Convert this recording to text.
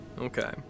okay